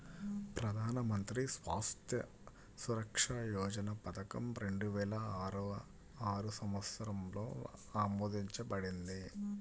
ప్రధాన్ మంత్రి స్వాస్థ్య సురక్ష యోజన పథకం రెండు వేల ఆరు సంవత్సరంలో ఆమోదించబడింది